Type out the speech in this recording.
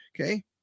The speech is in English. Okay